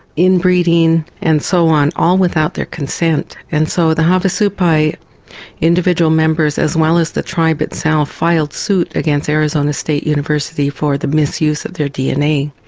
in-breeding and so on, all without their consent. and so the havasupai individual members, as well as the tribe itself, filed suit against arizona state university for the misuse of their dna.